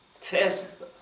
tests